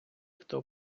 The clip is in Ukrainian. хто